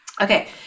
Okay